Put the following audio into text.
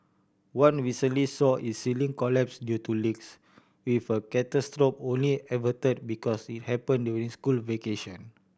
one recently saw its ceiling collapse due to leaks with a catastrophe only averted because it happen during school vacation